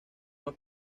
los